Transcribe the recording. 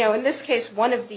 know in this case one of the